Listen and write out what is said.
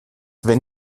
wenn